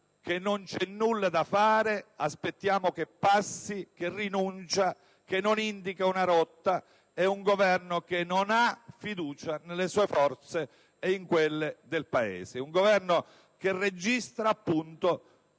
che non c'è nulla da fare, aspettiamo che passi, che rinuncia e che non indica una rotta è un Governo che non ha fiducia nelle sue forze e in quelle del Paese. È un Governo che registra e